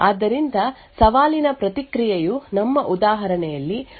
ಆದ್ದರಿಂದ ಸವಾಲಿನ ಪ್ರತಿಕ್ರಿಯೆಯು ನಮ್ಮ ಉದಾಹರಣೆಯಲ್ಲಿ ಒಂದು ಆರ್ಡರ್ 0 ಆಗಿದೆ